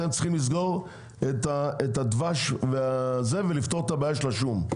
אתם צריכים לטפל בדבש ולפתור את הבעיה של השום,